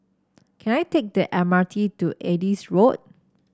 can I take the M R T to Adis Road